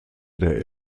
der